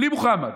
בלי מוחמד.